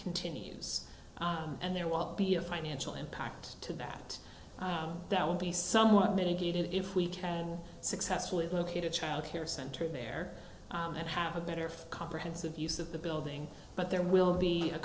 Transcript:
continues and there will be a financial impact to that that will be somewhat mitigated if we can successfully located child care center there and have a better comprehensive use of the building but there will be a